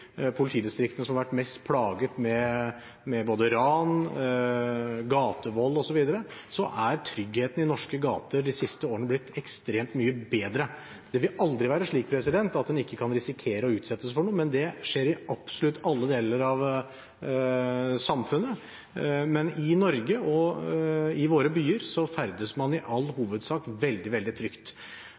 politidistriktene som har vært mest plaget av både ran, gatevold osv., er tryggheten de siste årene blitt ekstremt mye bedre. Det vil aldri være slik at en ikke kan risikere å bli utsatt for noe, det skjer i absolutt alle deler av samfunnet. Men i Norge og i våre byer ferdes en i all hovedsak veldig, veldig trygt.